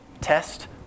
Test